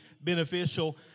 beneficial